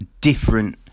Different